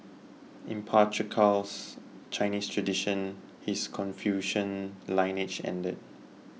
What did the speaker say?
in patriarchal Chinese tradition his Confucian lineage ended